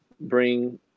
bring